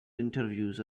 interviews